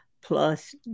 plus